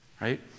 right